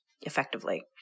effectively